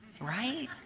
right